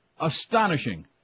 Astonishing